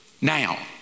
now